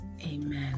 Amen